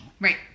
right